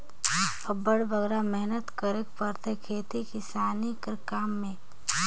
अब्बड़ बगरा मेहनत करेक परथे खेती किसानी कर काम में